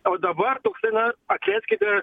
o dabar toksai na atleiskite